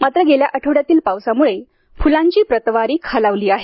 मात्र गेल्या आठवड्यातील पावसामुळे फुलांची प्रतवारी खालावली आहे